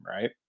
right